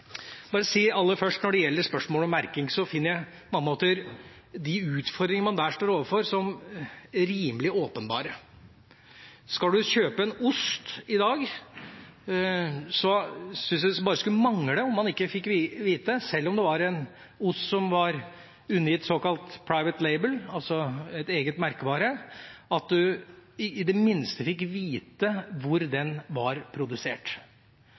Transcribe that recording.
finner de utfordringer man der står overfor, som rimelig åpenbare. Skal man kjøpe en ost i dag, syns jeg det bare skulle mangle at man – sjøl om det var en ost som var undergitt såkalt private label, altså en egen merkevare – i det minste fikk vite hvor osten var produsert.